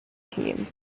teams